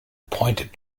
pointed